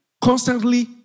constantly